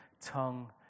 tongue